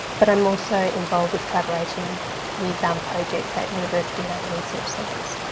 but i'm also involved with collaboration with um projects at university and other research centres.